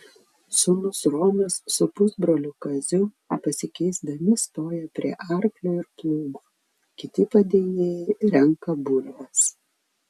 sūnus romas su pusbroliu kaziu pasikeisdami stoja prie arklio ir plūgo kiti padėjėjai renka bulves